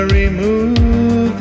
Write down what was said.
remove